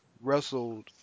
wrestled